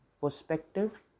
perspective